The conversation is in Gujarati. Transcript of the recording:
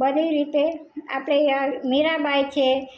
બધી રીતે આપણે આ મીરાંબાઈ છે કોઈ